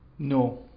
No